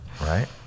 Right